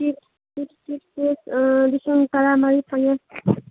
chips chips chips chips ꯂꯤꯁꯤꯡ ꯇꯔꯥꯃꯔꯤ ꯐꯪꯉꯦ